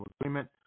agreement